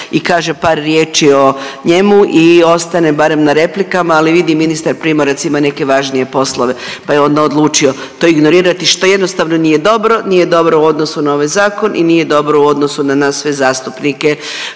i kaže par riječi o njemu i ostane barem na replikama, ali vidim ministar Primorac ima neke važnije poslove pa je onda odlučio to ignorirati što jednostavno nije dobro. Nije dobro u odnosu na ovaj zakon i nije dobro u odnosu na nas sve zastupnike